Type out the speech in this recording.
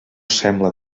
sembla